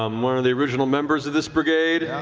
um one of the original members of this brigade,